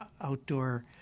outdoor